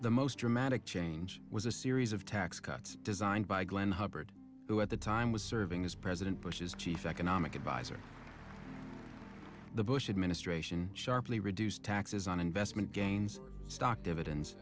the most dramatic change was a series of tax cuts designed by glenn hubbard who at the time was serving as president bush's chief economic adviser the bush administration sharply reduced taxes on investment gains stock dividends